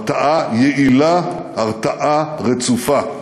הרתעה יעילה, הרתעה רצופה,